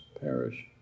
perish